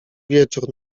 wieczór